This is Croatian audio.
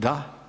Da.